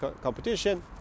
competition